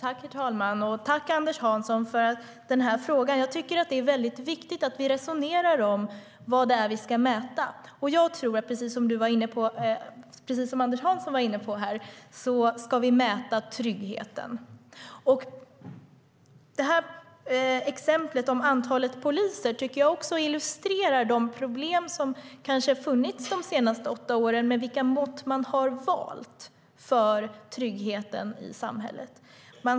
Herr ålderspresident! Tack, Anders Hansson, för frågan! Jag tycker att det är väldigt viktigt att resonera om vad det är vi ska mäta. Jag tror, precis som Anders Hansson var inne på här, att vi ska mäta tryggheten. Exemplet om antalet poliser tycker jag också illustrerar de problem som kanske har funnits de senaste åtta åren med vilka mått man har valt för tryggheten i samhället.